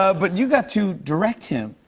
ah but you got to direct him.